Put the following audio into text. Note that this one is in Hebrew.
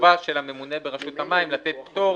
חובה של הממונה ברשות המים לתת פטור